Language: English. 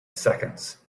seconds